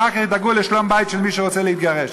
ואחר כך ידאגו לשלום-בית של מי שרוצה להתגרש.